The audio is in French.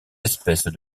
espèces